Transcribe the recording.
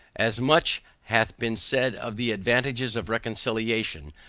as much hath been said of the advantages of reconciliation,